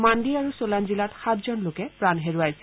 মান্দি আৰু চোলান জিলাত সাতজন লোকে প্ৰাণ হেৰুৱাইছে